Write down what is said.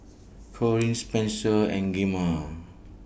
Corrine Spenser and